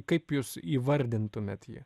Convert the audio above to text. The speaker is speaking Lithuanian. kaip jūs įvardintumėt jį